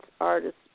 artists